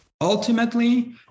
ultimately